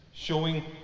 showing